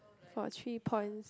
for three points